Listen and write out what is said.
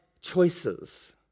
choices